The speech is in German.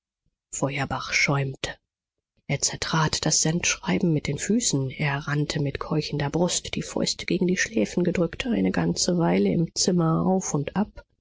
feuerbach schäumte er zertrat das sendschreiben mit den füßen er rannte mit keuchender brust die fäuste gegen die schläfen gedrückt eine ganze weile im zimmer auf und ab